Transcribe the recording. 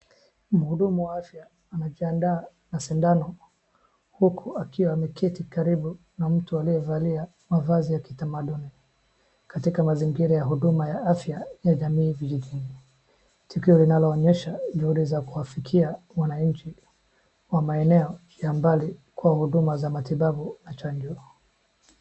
Mhudumu wa afya anajiadaa na sindano huku akiwa ameketi karibu na mtu aliyevalia mavazi ya kitamaduni. Katika mazingira ya huduma ya afya ya jamii vijijini. Tukio linaloonyesha ngeuri za kuwafikia wananchi wa maeneo ya mbali kwa huduma za matibabu na chanjo.